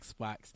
Xbox